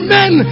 men